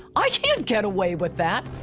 i can't get away with that!